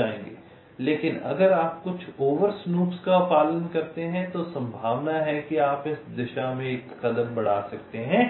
लेकिन अगर आप कुछ ओवर स्नूप्स का पालन करते हैं तो संभावना है कि आप इस दिशा में एक कदम बढ़ा सकते हैं